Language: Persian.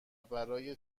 برای